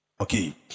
Okay